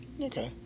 Okay